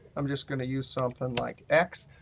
i'm just going to use something like x,